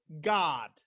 God